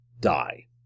die